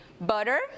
Butter